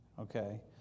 okay